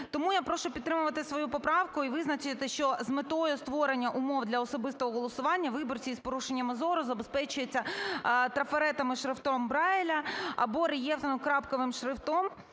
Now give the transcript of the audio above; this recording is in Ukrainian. Тому я прошу підтримати свою поправку і визначити, що з метою створення умов для особистого голосування виборці з порушеннями зору забезпечуються трафаретами з шрифтом Брайля або рельєфним крапковим шрифтом